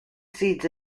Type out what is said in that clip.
seeds